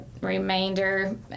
remainder